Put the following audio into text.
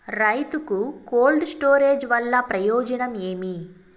రైతుకు cold storage వల్ల ప్రయోజనం ఏమి?